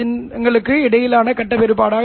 இது அடிப்படையில் ஒரு பேண்ட் பாஸ் வடிப்பான்